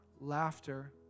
laughter